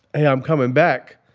hey, i'm coming back.